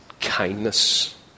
kindness